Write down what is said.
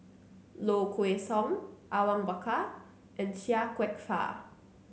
Low Kway Song Awang Bakar and Chia Kwek Fah